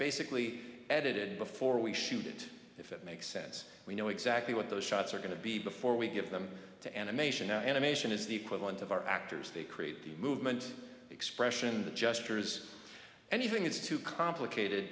basically edited before we shoot it if it makes sense we know exactly what those shots are going to be before we give them to animation animation is the equivalent of our actors they create the movement expression the gestures and even it's too complicated